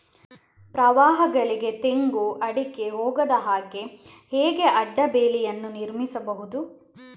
ಪ್ರವಾಹಗಳಿಗೆ ತೆಂಗು, ಅಡಿಕೆ ಹೋಗದ ಹಾಗೆ ಹೇಗೆ ಅಡ್ಡ ಬೇಲಿಯನ್ನು ನಿರ್ಮಿಸಬಹುದು?